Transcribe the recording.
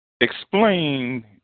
Explain